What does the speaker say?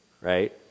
right